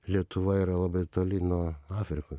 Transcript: lietuva yra labai toli nuo afrikos